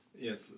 Yes